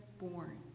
born